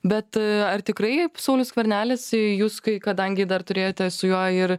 bet ar tikrai saulius skvernelis jus kai kadangi dar turėjote su juo ir